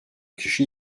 kişi